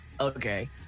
Okay